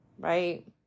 Right